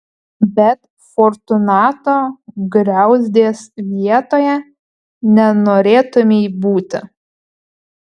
bet fortunato griauzdės vietoje nenorėtumei būti